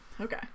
Okay